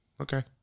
okay